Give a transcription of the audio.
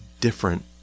different